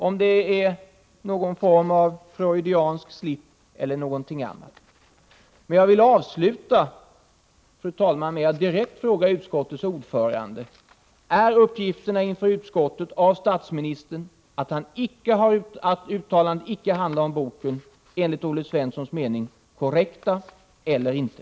Är det någon form av freudiansk ”slip”? Jag vill avsluta, fru talman, med en direkt fråga till utskottets ordförande: Är, enligt Olle Svenssons mening, statsministerns uppgifter inför utskottet att statssekreterare Larsson uttalande icke handlar om Charlie Nordbloms bok korrekta eller inte?